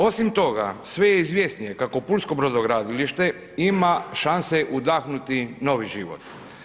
Osim toga, sve je izvjesnije kako pulsko brodogradilište ima šanse udahnuti novi život.